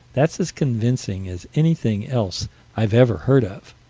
that's as convincing as anything else i've ever heard of,